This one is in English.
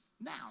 Now